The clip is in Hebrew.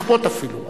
לכפות אפילו,